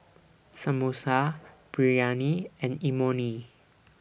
Samosa Biryani and Imoni